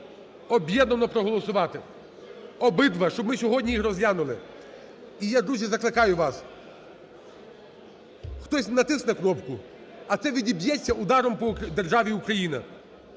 об'єднано проголосувати обидва, щоб ми сьогодні їх розглянули. І я дуже закликаю вас, хтось натисне кнопку, а це відіб'ється ударом по державі Україна,